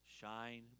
shine